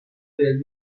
del